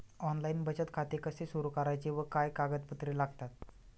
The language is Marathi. ऑनलाइन बचत खाते कसे सुरू करायचे व काय कागदपत्रे लागतात?